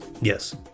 Yes